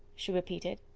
she repeated.